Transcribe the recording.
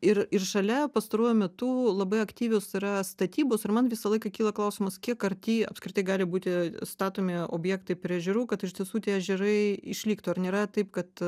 ir ir šalia pastaruoju metu labai aktyvios yra statybos ir man visą laiką kyla klausimas kiek arti apskritai gali būti statomi objektai prie ežerų kad iš tiesų tie ežerai išliktų ar nėra taip kad